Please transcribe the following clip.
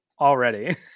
already